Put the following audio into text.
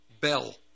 Bell